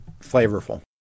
flavorful